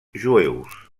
jueus